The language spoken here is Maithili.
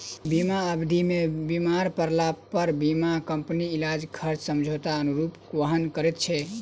बीमा अवधि मे बीमार पड़लापर बीमा कम्पनी इलाजक खर्च समझौताक अनुरूप वहन करैत छै